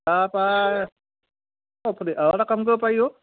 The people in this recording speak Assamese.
তাৰপৰা অঁ ফটিক আৰু এটা কাম কৰিব পাৰিব অঁ